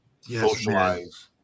socialize